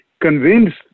convinced